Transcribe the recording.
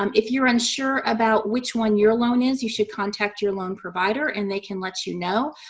um if you're unsure about which one your loan is, you should contact your loan provider and they can let you know.